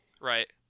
Right